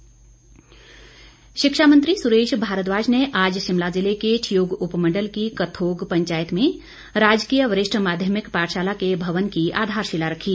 शिक्षामंत्री शिक्षा मंत्री सुरेश भारद्वाज ने आज शिमला जिले के ठियोग उपमण्डल की कथोग पंचायत में राजकीय वरिष्ठ माध्यमिक पाठशाला के भवन की आधारशिला रखी